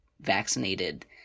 vaccinated